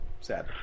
sad